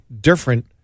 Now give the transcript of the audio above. different